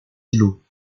îlots